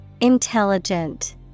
Intelligent